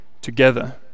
together